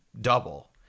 double